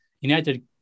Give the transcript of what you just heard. United